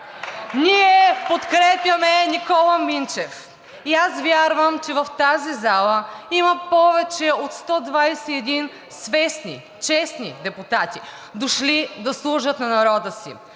Ние подкрепяме Никола Минчев и аз вярвам, че в тази зала има повече от 121 свестни, честни депутати, дошли да служат на народа си